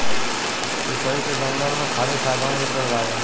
शीशइ के जंगल में खाली शागवान के पेड़ बावे